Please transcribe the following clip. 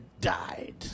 Died